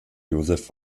josef